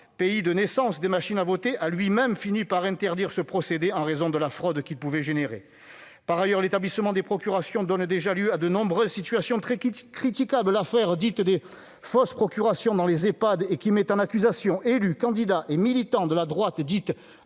pays de naissance des « machines à voter », a lui-même fini par interdire ce procédé en raison de la fraude qu'il pouvait susciter. Par ailleurs, l'établissement de procurations donne déjà lieu à de nombreuses situations très critiquables. L'affaire dite des « fausses procurations dans les Ehpad », qui met en accusation élus, candidats et militants de la droite dite